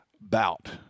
bout